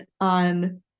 on